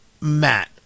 Matt